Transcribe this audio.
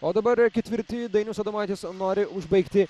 o dabar ketvirti dainius adomaitis nori užbaigti